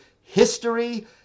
history